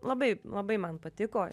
labai labai man patiko